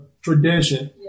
tradition